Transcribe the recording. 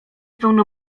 pełno